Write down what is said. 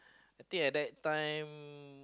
I think at that time